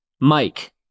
mike